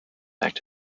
back